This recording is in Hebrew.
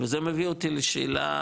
וזה מביא אותי לשאלה,